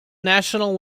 national